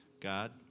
God